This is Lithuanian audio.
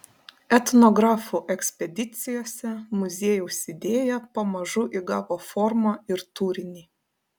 etnografų ekspedicijose muziejaus idėja pamažu įgavo formą ir turinį